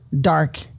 dark